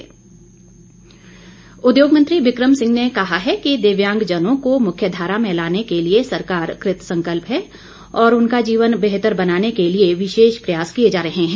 बिक्रम सिंह उद्योग मंत्री बिक्रम सिंह ने कहा है कि दिव्यांगजनों को मुख्य धारा में लाने के लिए सरकार कृतसंकल्प है और उनका जीवन बेहतर बनाने के लिए विशेष प्रयास किए जा रहे है